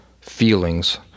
feelings